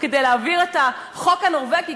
כדי להעביר את החוק הנורבגי,